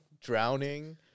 drowning